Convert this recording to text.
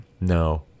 No